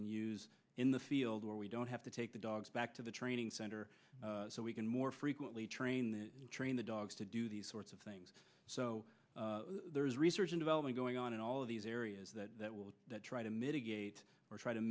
can use in the field where we don't have to take the dogs back to the training center so we can more frequently train train the dogs to do these sorts of things so there is research in development going on in all of these areas that will try to mitigate or try to